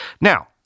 Now